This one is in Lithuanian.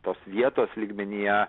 tos vietos lygmenyje